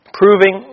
proving